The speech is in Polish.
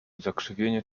zakrzywienie